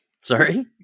Sorry